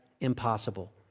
impossible